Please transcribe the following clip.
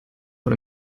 vor